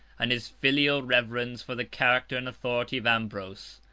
and his filial reverence for the character and authority of ambrose,